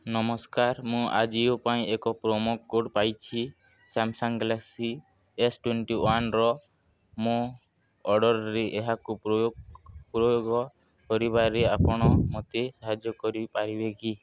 ନମସ୍କାର ମୁଁ ଆଜିଓ ପାଇଁ ଏକ ପ୍ରୋମୋ କୋଡ଼୍ ପାଇଛି ସାମସଙ୍ଗ ଗାଲାକ୍ସି ଏସ୍ ଟ୍ୱେଣ୍ଟି ୱାନ୍ର ମୋ ଅର୍ଡ଼ର୍ରେ ଏହାକୁ ପ୍ରୟୋଗ ପ୍ରୟୋଗ କରିବାରେ ଆପଣ ମୋତେ ସାହାଯ୍ୟ କରିପାରିବେ କି